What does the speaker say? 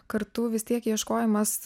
kartu vis tiek ieškojimas